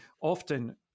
often